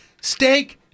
steak